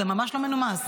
זה ממש לא מנומס.